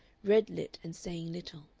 red-lit and saying little,